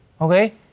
okay